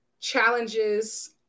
challenges